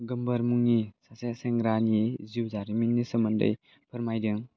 गोमबोर मुंनि सासे सेंग्रानि जिउ जारिमिननि सोमोन्दै फोरमायदों